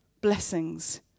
blessings